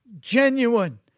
genuine